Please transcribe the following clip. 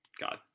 God